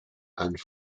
and